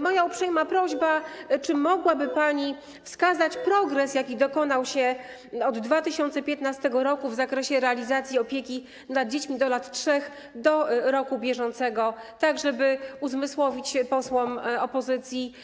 Moja uprzejma prośba, czy mogłaby pani wskazać progres, jaki dokonał się od 2015 r. w zakresie realizacji opieki nad dziećmi do lat 3 do roku bieżącego, żeby uzmysłowić posłom opozycji,